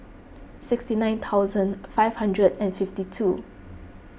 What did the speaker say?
sixty nine thousand five hundred and fifty two